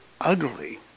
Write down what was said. ugly